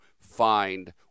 find